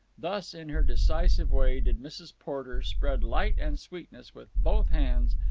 thus, in her decisive way, did mrs. porter spread light and sweetness with both hands,